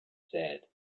said